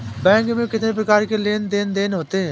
Bank में कितनी प्रकार के लेन देन देन होते हैं?